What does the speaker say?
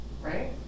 right